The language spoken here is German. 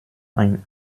ein